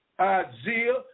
Isaiah